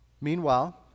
Meanwhile